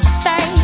say